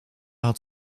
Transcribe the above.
had